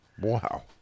Wow